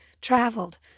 traveled